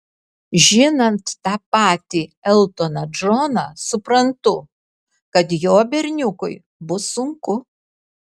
žinant tą patį eltoną džoną suprantu kad jo berniukui bus sunku